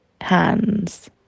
hands